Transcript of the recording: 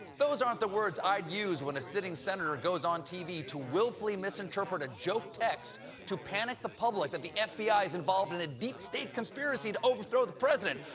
those aren't the words i'd use when a sitting senator goes on tv to willfully misinterpret a joke text to panic the public that the f b i. is involved in a deep state conspiracy to overthrow the president.